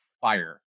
fire